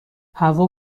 هوا